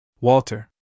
Walter